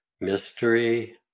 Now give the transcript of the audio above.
Mystery